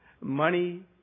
Money